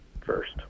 first